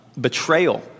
betrayal